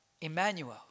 Emmanuel